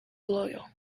loyal